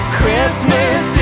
Christmas